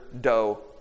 dough